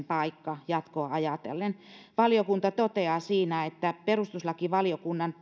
paikka jatkoa ajatellen valiokunta toteaa siinä perustuslakivaliokunnan